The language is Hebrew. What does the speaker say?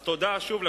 אז שוב,